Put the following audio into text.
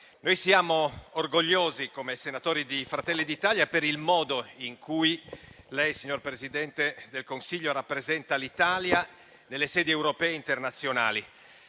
siamo orgogliosi, come senatori di Fratelli d'Italia, per il modo in cui lei, signor Presidente del Consiglio, rappresenta l'Italia nelle sedi europee e internazionali,